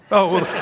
oh.